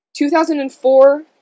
2004